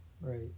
Right